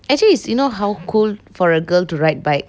actually it's you know how cool for a girl to ride bike